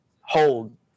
hold